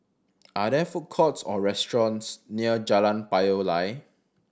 are there food courts or restaurants near Jalan Payoh Lai